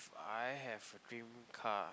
I have a dream car